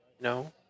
No